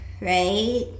right